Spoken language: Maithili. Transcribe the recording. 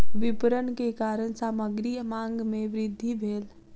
विपरण के कारण सामग्री मांग में वृद्धि भेल